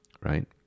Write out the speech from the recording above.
right